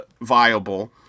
viable